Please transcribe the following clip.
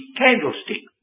candlestick